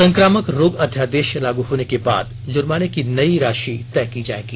संक्रामक रोग अध्यादेश लागू होने के बाद जुर्माने की नयी राशि तय की जायेगी